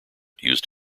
used